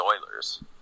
Oilers